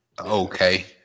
okay